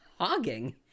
Hogging